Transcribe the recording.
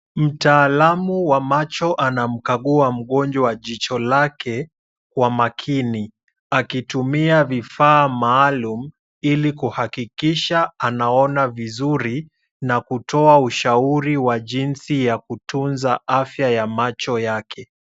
Mtaalamu wa macho anamkagua mgonjwa jicho lake kwa makini akitumia vifaa maalum ili kuhakikisha anaona vizuri na kutoa ushauri wa jinsi ya kutunza afya ya macho yake.